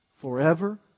Forever